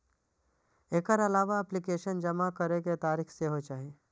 एकर अलावा एप्लीकेशन जमा करै के तारीख सेहो चाही